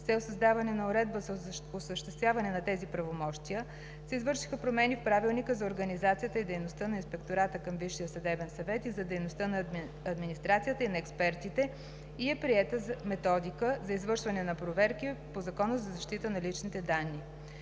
създаване на уредба за осъществяване на тези правомощия се извършиха промени в Правилника за организацията на дейността на Инспектората към Висшия съдебен съвет и за дейността на администрацията и на експертите и е приета Методика за извършване на проверки по Закона за защита на личните данни.